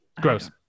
Gross